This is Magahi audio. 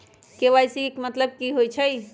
के.वाई.सी के कि मतलब होइछइ?